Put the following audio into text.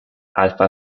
alpha